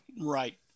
right